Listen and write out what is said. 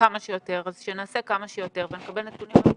כמה שיותר אז שנעשה כמה שיותר ונקבל נתונים אמיתיים.